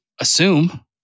assume